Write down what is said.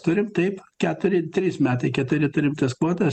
turim taip keturi trys metai keturi turim tas kvotas